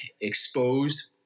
exposed